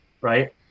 Right